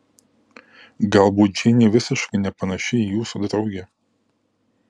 galbūt džeinė visiškai nepanaši į jūsų draugę